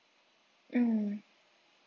mm